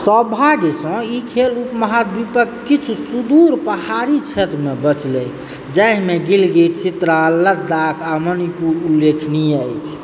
सौभाग्यसँ ई खेल उपमहाद्वीपक किछु सुदूर पहाड़ी क्षेत्रमे बचलैक जाहिमे गिलगित चित्राल लद्दाख आ मणिपुर उल्लेखनीय अछि